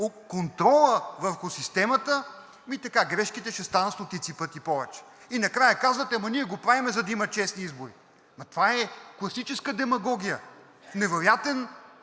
контрола върху системата! Ами, така грешките ще станат стотици пъти повече. И накрая казвате: „Ама ние го правим, за да има честни избори!“ Ама това е класическа демагогия в невероятен